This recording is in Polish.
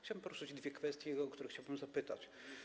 Chciałbym poruszyć dwie kwestie, o które chciałbym zapytać.